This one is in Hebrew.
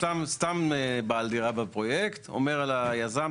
סתם בעל דירה בפרויקט אומר ליזם,